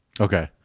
Okay